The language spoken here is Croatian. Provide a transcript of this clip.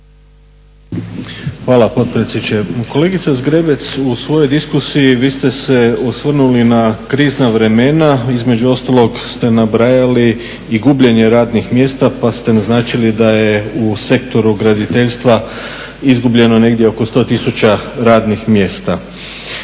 Hvala potpredsjedniče. Kolegice Zgrebec u svojoj diskusiji vi ste se osvrnuli na krizna vremena, između ostalog ste nabrajali i gubljenje radnih mjesta pa ste naznačili da je u sektoru graditeljstva izgubljeno negdje oko 100 tisuća radnih mjesta.